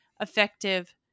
effective